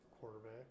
quarterback